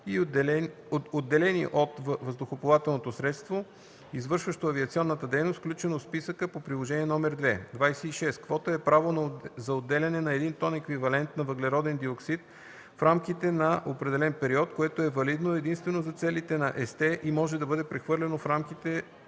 отделени от въздухоплавателното средство, извършващо авиационна дейност, включена в списъка по Приложение № 2. 26. „Квота” е право за отделяне на един тон еквивалент на въглероден диоксид в рамките на определен период, което е валидно единствено за целите на ЕСТЕ и може да бъде прехвърляно в